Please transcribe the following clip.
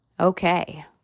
Okay